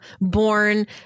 born